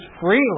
freely